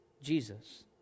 Jesus